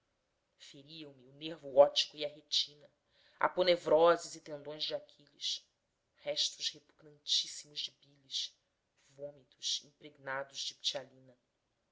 feriam me o nervo óptico e a retina aponevroses e tendões de aquiles restos repugnantíssimos de bílis vômitos impregnados de ptialina